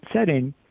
setting